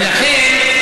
ולכן,